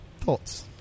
Thoughts